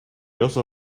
also